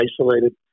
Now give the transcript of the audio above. isolated